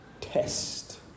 test